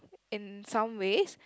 in some ways